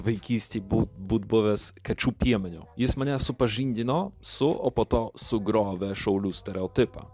vaikystėj būt būt buvęs kačių piemeniu jis mane supažindino su o po to sugriovė šaulių stereotipą